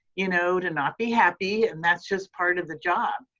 you know, to not be happy. and that's just part of the job,